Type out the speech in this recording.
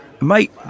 mate